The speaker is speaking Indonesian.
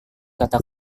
kata